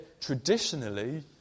traditionally